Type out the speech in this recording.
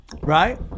Right